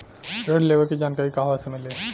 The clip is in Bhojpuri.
ऋण लेवे के जानकारी कहवा से मिली?